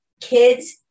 kids